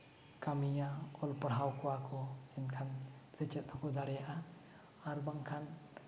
ᱠᱟᱹᱢᱤᱭᱟ ᱚᱞ ᱯᱟᱲᱦᱟᱣ ᱠᱚᱣᱟ ᱠᱚ ᱮᱱᱠᱷᱟᱱ ᱥᱮᱪᱮᱫ ᱦᱚᱸᱠᱚ ᱫᱟᱲᱮᱭᱟᱜᱼᱟ ᱟᱨ ᱵᱟᱝᱠᱷᱟᱱ